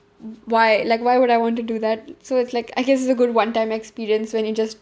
why like why would I want to do that so it's like I guess it's a good one time experience when it just